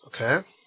okay